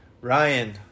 Ryan